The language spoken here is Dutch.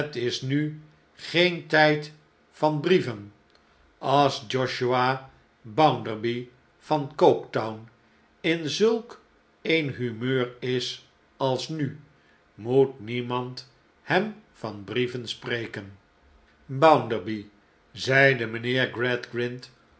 het is nu geen tijd van brieven als josiah bounderby van coketown in zulk een humeur is als nu moet niemand hem van brieven spreken bounderby zeide mijnheer